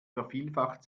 vervielfacht